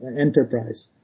enterprise